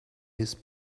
his